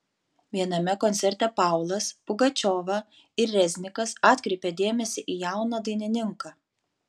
viename koncerte paulas pugačiova ir reznikas atkreipė dėmesį į jauną dainininką